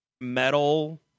metal